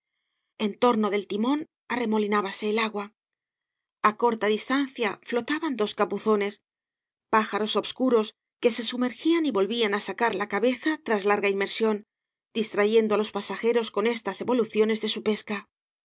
en torno del timón arremolinábase el agua a corta distancia flotaban dos capuzones pájaros obscuros que se sumergían y volvían á sacar la cabeza tras larga inmersión distrayendo á los pasajeros con estas evoluciones de su pesca más